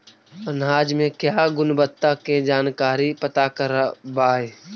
अनाज मे क्या गुणवत्ता के जानकारी पता करबाय?